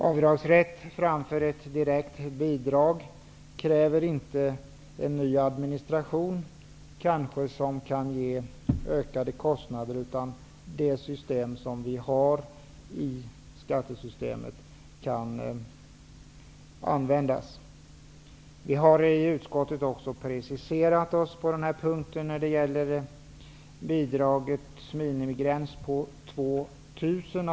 Avdragsrätt framför ett direkt bidrag kräver inte en ny administration, som kanske ger ökade kostnader, utan det system som vi har i skattesystemet kan användas. I utskottet har vi preciserat oss när det gäller bidragets minimigräns på 2 000 kr.